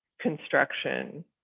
construction